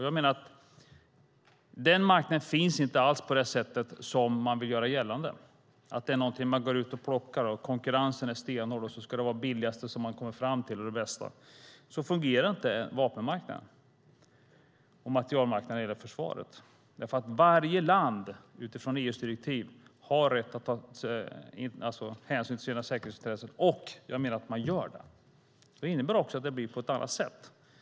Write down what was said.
Jag menar att den marknaden inte alls finns på det sätt som man vill göra gällande, som att det är någonting man går ut och plockar, att konkurrensen är stenhård och att man ska komma fram till det billigaste och bästa. Så fungerar inte vapenmarknaden och materielmarknaden när det gäller försvaret. Varje land har utifrån EU:s direktiv rätt att ta hänsyn till sina säkerhetsintressen, och jag menar att man gör det. Det innebär också att det blir på ett annat sätt.